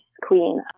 queen